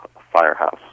firehouse